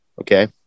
Okay